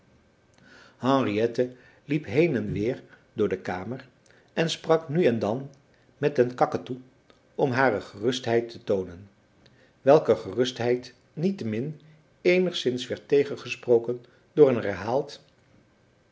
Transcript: henriette liep heen en weer door de kamer en sprak nu en dan met den kakatoe om hare gerustheid te toonen welke gerustheid niettemin eenigszins werd tegengesproken door een herhaald